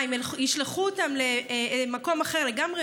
מה, הם ישלחו אותם למקום אחר לגמרי.